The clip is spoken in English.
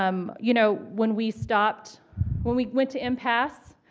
um you know, when we stopped when we went to impasse,